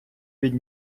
від